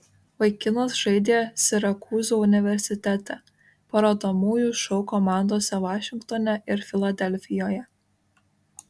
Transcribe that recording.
vaikinas žaidė sirakūzų universitete parodomųjų šou komandose vašingtone ir filadelfijoje